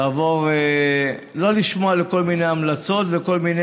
לעבור לא לשמוע לכל מיני המלצות ולכל מיני